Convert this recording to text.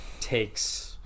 takes